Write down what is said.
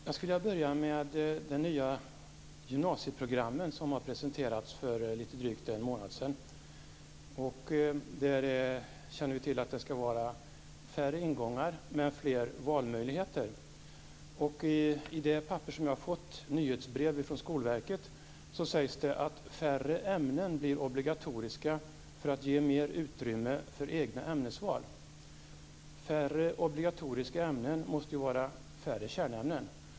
Fru talman! Jag skulle vilja börja med de nya gymnasieprogrammen som presenterades för drygt en månad sedan, där det ska bli färre ingångar men fler valmöjligheter. I det papper som jag har fått - Nyhetsbrev från Skolverket - sägs det att färre ämnen blir obligatoriska för att ge mer utrymme för egna ämnesval. Färre obligatoriska ämnen måste ju innebära färre kärnämnen.